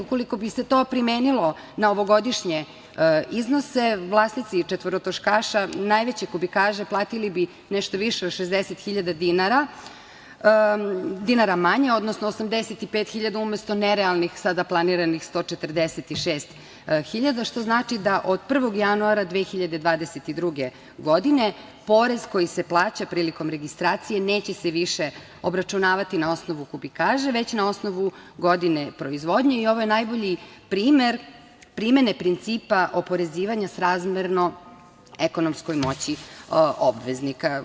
Ukoliko bi se to primenilo na ovogodišnje iznose, vlasnici četvorotočkaša najveće kubikaže platili bi nešto više od 60.000 dinara manje, odnosno 85.000 umesto nerealnih sada planiranih 146.000, što znači da od 1. januara 2022. godine, porez koji se plaća prilikom registracije neće se više obračunavati na osnovu kubikaže, već na osnovu godine proizvodnje i ovo je najbolji primer primene principa oporezivanja srazmerno ekonomskoj moći obveznika.